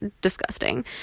disgusting